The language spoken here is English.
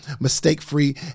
mistake-free